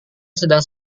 sedang